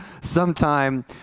sometime